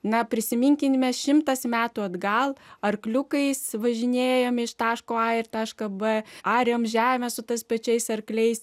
na prisiminkime šimtas metų atgal arkliukais važinėjome iš taško a ir tašką b arėm žemę su tais pačiais arkliais